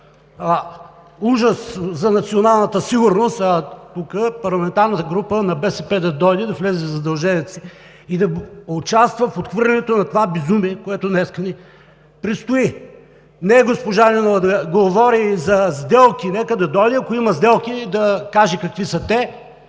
ужас за националната сигурност, а да дойде тук парламентарната група на БСП, да влезе в задълженията си и да участва в отхвърлянето на това безумие, което днес ни предстои. Не госпожа Нинова да говори за сделки. Нека да дойде! Ако има сделки, да каже какви са те